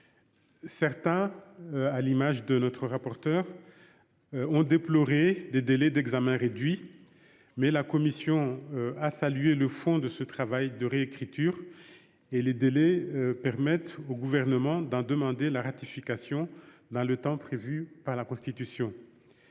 Certains, à l'image de M. le rapporteur, ont déploré des délais d'examen réduits, mais la commission a salué le travail de fond et de réécriture. Les délais permettent au Gouvernement de demander la ratification du texte dans le délai imparti par la Constitution.